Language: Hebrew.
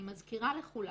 אני מזכירה לכולנו,